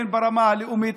הן ברמה הלאומית,